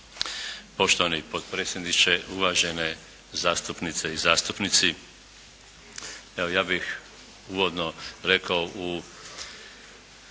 Poštovani potpredsjedniče, uvažene zastupnice i zastupnici evo ja bih uvodno rekao u